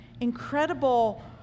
incredible